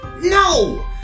No